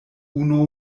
unu